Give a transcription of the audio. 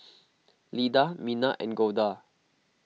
Lida Mina and Golda